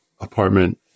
apartment